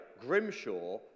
Grimshaw